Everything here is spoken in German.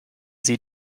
sie